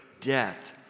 death